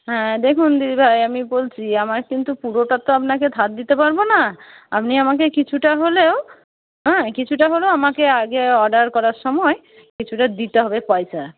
হ্যাঁ দেখুন দিদিভাই আমি বলছি আমার কিন্তু পুরোটা তো আপনাকে ধার দিতে পারব না আপনি আমাকে কিছুটা হলেও কিছুটা হলেও আমাকে আগে অর্ডার করার সময়ে কিছুটা দিতে হবে পয়সা